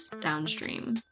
downstream